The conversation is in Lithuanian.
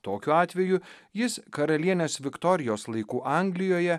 tokiu atveju jis karalienės viktorijos laikų anglijoje